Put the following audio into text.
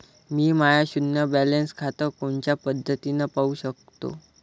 मी माय शुन्य बॅलन्स खातं कोनच्या पद्धतीनं पाहू शकतो?